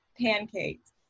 pancakes